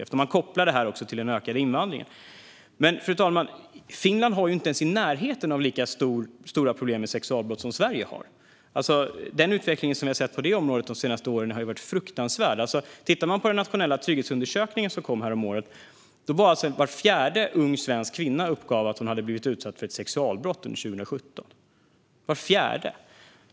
Och man kopplar det till den ökade invandringen. Men Finland är inte ens i närheten av att ha lika stora problem med sexualbrott som Sverige har. Utvecklingen på det området har varit fruktansvärd de senaste åren. I den nationella trygghetsundersökningen som kom häromåret uppgav var fjärde ung svensk kvinna att hon hade blivit utsatt för ett sexualbrott under 2017.